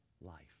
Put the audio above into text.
life